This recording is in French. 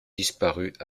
disparut